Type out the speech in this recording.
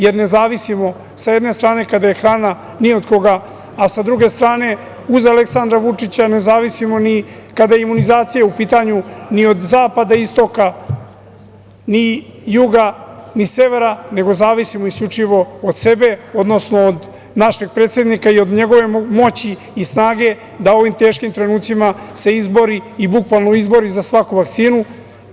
Jer, ne zavisimo, sa jedne strane kada je hrana u pitanju, ni od koga, a sa druge strane uz Aleksandra Vučića ne zavisimo ni kada je imunizacija u pitanju ni od zapada, istoka, ni juga, ni severa, nego zavisimo isključivo od sebe, odnosno od našeg predsednika i od njegove moći i snage da u ovim teškim trenucima se izbori, bukvalno izbori za svaku vakcinu.